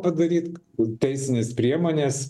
padaryt teisines priemones